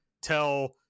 tell